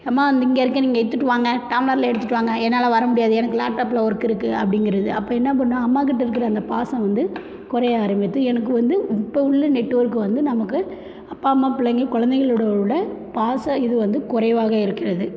எம்மா வந்து இங்கே இருக்கேன் நீங்கள் எடுத்துட்டு வாங்க டம்ளரில் எடுத்துட்டு வாங்க என்னால் வரமுடியாது எனக்கு லேப்டாபில் ஒர்க் இருக்குது அப்படிங்கறது அப்போ என்ன பண்ணும் அம்மா கிட்ட இருக்கிற அந்த பாசம் வந்து குறைய ஆரம்பித்து எனக்கு வந்து இப்போ உள்ள நெட்ஒர்க்கு வந்து நமக்கு அப்பா அம்மா பிள்ளைங்க குழந்தைங்களோட உள்ள பாச இதுவந்து குறைவாக இருக்கிறது